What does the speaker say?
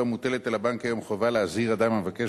לא מוטלת על הבנק היום חובה להזהיר אדם המבקש